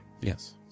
Yes